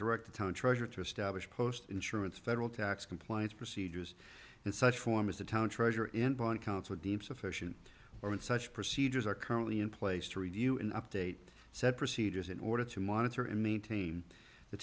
direct the town treasure to establish post insurance federal tax compliance procedures in such form as the town treasurer in bonn council deemed sufficient or in such procedures are currently in place to review and update said procedures in order to monitor and maintain the